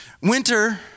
winter